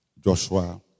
Joshua